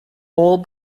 all